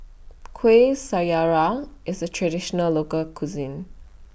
Kueh Syara IS A Traditional Local Cuisine